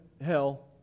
hell